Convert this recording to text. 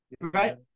right